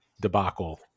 debacle